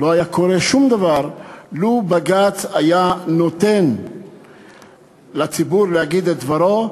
לא היה קורה שום דבר לו היה בג"ץ נותן לציבור להגיד את דברו,